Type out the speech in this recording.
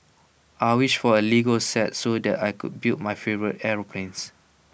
I wished for A Lego set so that I can build my favourite aeroplanes